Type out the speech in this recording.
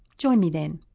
join me then